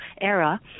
era